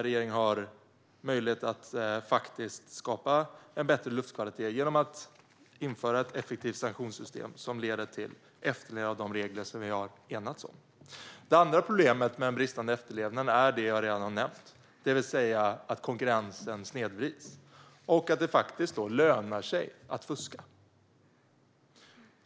Regeringen har möjlighet att skapa en bättre luftkvalitet genom att införa ett effektivt sanktionssystem som leder till efterlevnad av de regler som vi har enats om. Det andra problemet med en bristande efterlevnad är det som jag redan har nämnt, nämligen att konkurrensen snedvrids och att det faktiskt lönar sig att fuska.